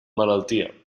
malaltia